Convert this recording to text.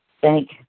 thank